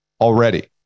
already